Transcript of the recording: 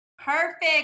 perfect